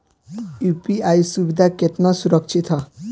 UPI सुविधा केतना सुरक्षित ह?